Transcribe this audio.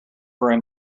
very